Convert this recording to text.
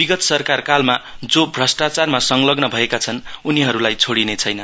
विगत सरकारकालमा जो भ्रष्टाचारमा संलग्न भएका छन् उनीहरूलाई छोडीने छैन